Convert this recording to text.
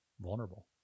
vulnerable